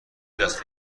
جست